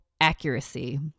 accuracy